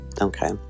okay